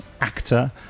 actor